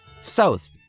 south